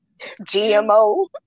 GMO